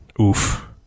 Oof